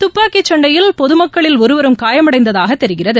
துப்பாக்கி சண்டையில் பொதுமக்களில் ஒருவரும் காயமடைந்தததாக தெரிகிறது